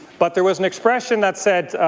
but there was an expression that said